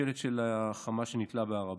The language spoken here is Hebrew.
השלט של החמאס שנתלה בהר הבית.